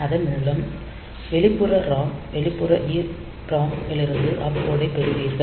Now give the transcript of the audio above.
அதன் மூலம் வெளிப்புற ROM வெளிப்புற EPROM இலிருந்து ஆப்கோடைப் பெறுவீர்கள்